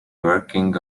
working